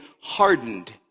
hardened